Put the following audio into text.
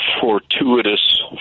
Fortuitous